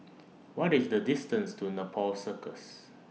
What IS The distance to Nepal Circus